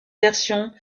version